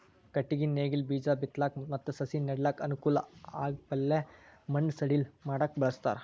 ಕಟ್ಟಗಿ ನೇಗಿಲ್ ಬೀಜಾ ಬಿತ್ತಲಕ್ ಮತ್ತ್ ಸಸಿ ನೆಡಲಕ್ಕ್ ಅನುಕೂಲ್ ಆಗಪ್ಲೆ ಮಣ್ಣ್ ಸಡಿಲ್ ಮಾಡಕ್ಕ್ ಬಳಸ್ತಾರ್